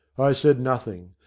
i said nothing.